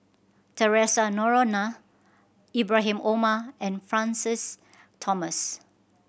Theresa Noronha Ibrahim Omar and Francis Thomas